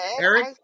Eric